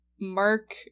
Mark